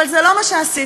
אבל זה לא מה שעשיתם.